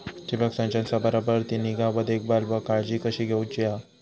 ठिबक संचाचा बराबर ती निगा व देखभाल व काळजी कशी घेऊची हा?